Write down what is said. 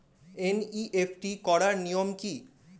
NEFT করার নিয়ম কী?